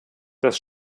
das